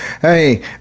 hey